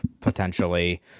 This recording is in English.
potentially